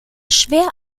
schwer